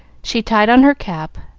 she tied on her cap,